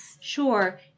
Sure